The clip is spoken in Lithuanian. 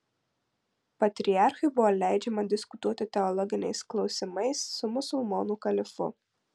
patriarchui buvo leidžiama diskutuoti teologiniais klausimais su musulmonų kalifu